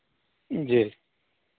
जी